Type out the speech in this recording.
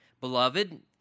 Beloved